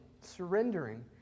surrendering